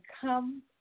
come